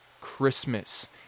Christmas